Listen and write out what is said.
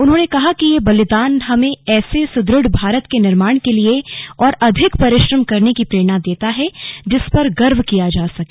उन्होंने कहा कि यह बलिदान हमें ऐसे सुद्रढ़ भारत के निर्माण के लिए और अधिक परिश्रम करने की प्रेरणा देता है जिस पर गर्व किया जा सके